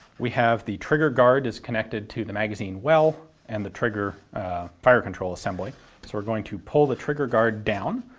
we have the trigger guard is connected to the magazine well and the trigger fire control assembly, so so we're going to pull the trigger guard down,